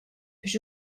biex